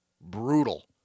brutal